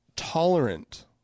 tolerant